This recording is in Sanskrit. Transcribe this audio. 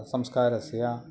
संस्कारस्य